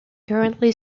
currently